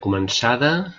començada